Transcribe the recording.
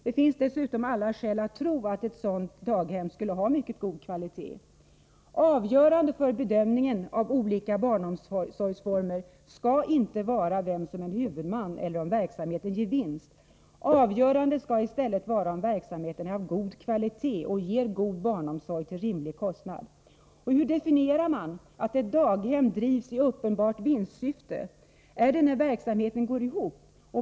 Det finns dessutom alla skäl att tro att ett sådant daghem skulle ha mycket god kvalitet. Avgörande för bedömningen av olika barnomsorgsformer skall inte vara vem som är huvudman eller om verksamheten ger vinst. Avgörande skall i stället vara om verksamheten är av god kvalitet och ger god barnomsorg till en rimlig kostnad. Man talar om daghem som drivs ”i uppenbart vinstsyfte”. Hur definierar man det? Är det när verksamheten går ihop?